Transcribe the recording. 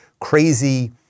crazy